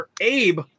abe